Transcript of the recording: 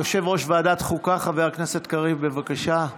יושב-ראש ועדת החוקה חבר הכנסת קריב, בבקשה.